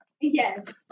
Yes